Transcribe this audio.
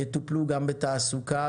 יופלו גם בתעסוקה,